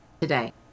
today